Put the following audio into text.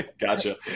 Gotcha